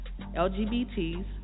LGBTs